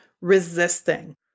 resisting